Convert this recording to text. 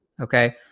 Okay